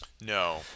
No